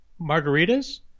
margaritas